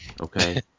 okay